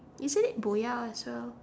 isn't it boya as well